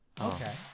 okay